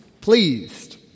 pleased